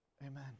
Amen